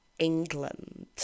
england